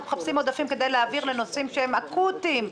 מחפשים עודפים כדי להעביר לנושאים שהם אקוטיים,